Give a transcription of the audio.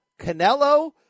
Canelo